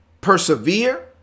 persevere